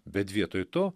bet vietoj to